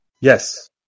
Yes